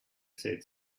said